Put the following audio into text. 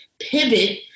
pivot